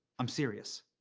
i'm serious.